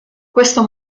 questo